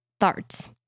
Tharts